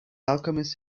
alchemist